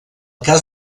cas